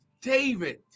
David